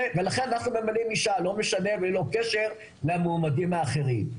ולכן אנחנו ממנים אשה לא משנה וללא קשר למועמדים האחרים.